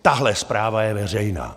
Tahle zpráva je veřejná!